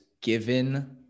given